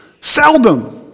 Seldom